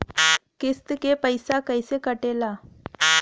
किस्त के पैसा कैसे कटेला?